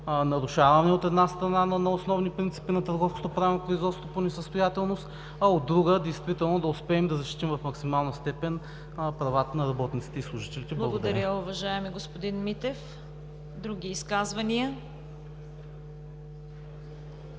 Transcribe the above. нарушаване, от една страна, на основни принципи на търговското правно производство по несъстоятелност, а от друга, действително да успеем да защитим в максимална степен правата на работниците и служителите. Благодаря. ПРЕДСЕДАТЕЛ ЦВЕТА КАРАЯНЧЕВА: Благодаря, уважаеми господин Митев. Други изказвания?